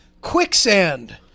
quicksand